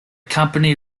company